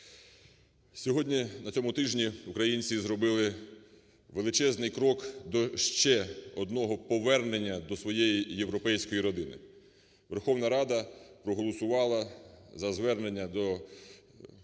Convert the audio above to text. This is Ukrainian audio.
Сьогодні, на цьому тижні українці зробили величезний крок до ще одного повернення до своєї європейської родини. Верховна Рада проголосувала за звернення до Патріарха